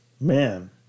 Man